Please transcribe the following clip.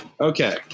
Okay